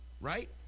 Right